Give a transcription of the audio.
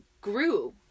grew